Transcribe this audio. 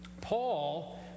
Paul